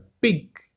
big